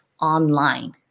online